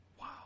Wow